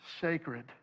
sacred